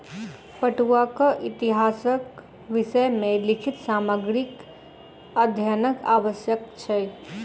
पटुआक इतिहासक विषय मे लिखित सामग्रीक अध्ययनक आवश्यक छै